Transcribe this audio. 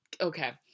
okay